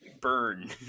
burn